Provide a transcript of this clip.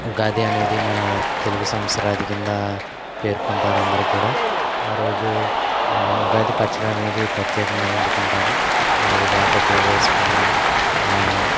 ఉగాది అనేది మన తెలుగు సంవత్సరాది కిందా పేర్కొంటారు అందరూ కూడా ఆ రోజు ఉగాది పచ్చడి అనేది ప్రత్యేకంగా వండుకుంటారు అది వేప పువ్వు వేసుకుని